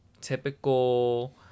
typical